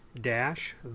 dash